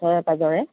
ওচৰে পাজৰে